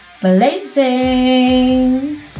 blazing